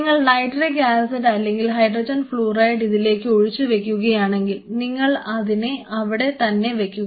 നിങ്ങൾ nitric acid അല്ലെങ്കിൽ HF ഇതിലേക്ക് ഓഴിച്ചു വെക്കുകയാണെങ്കിൽ നിങ്ങൾ അതിനെ അവിടെ തന്നെ വയ്ക്കുക